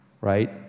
right